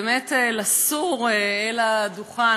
זה באמת לסור אל הדוכן.